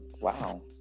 wow